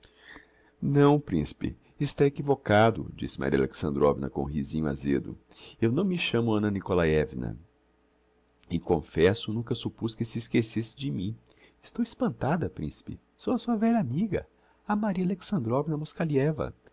não principe está equivocado disse maria alexandrovna com um rizinho azêdo eu não me chamo anna nikolaievna e confesso nunca suppuz que se esquecesse de mim estou espantada principe sou a sua velha amiga a maria alexandrovna moskalieva